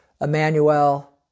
Emmanuel